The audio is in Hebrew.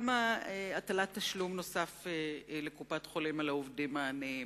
גם הטלת תשלום נוסף לקופת-חולים על העובדים העניים,